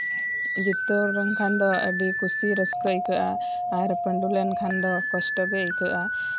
ᱡᱤᱛᱠᱟᱹᱨ ᱞᱮᱱᱠᱷᱟᱱ ᱫᱚ ᱟᱹᱰᱤ ᱠᱩᱥᱤ ᱨᱟᱹᱥᱠᱟᱹ ᱟᱹᱭᱠᱟᱹᱜᱼᱟ ᱟᱨ ᱯᱟᱹᱰᱩ ᱞᱮᱱᱠᱷᱟᱡ ᱫᱚ ᱠᱚᱥᱴᱚ ᱜᱮ ᱟᱹᱭᱠᱟᱹᱜᱼᱟ